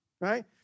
Right